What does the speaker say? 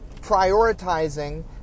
prioritizing